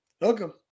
Welcome